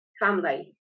family